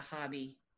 hobby